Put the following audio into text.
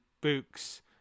Books